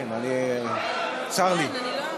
צר לי.